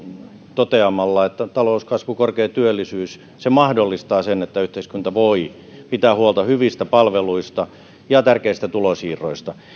toteamalla että talouskasvu ja korkea työllisyys mahdollistavat sen että yhteiskunta voi pitää huolta hyvistä palveluista ja tärkeistä tulonsiirroista